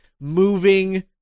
moving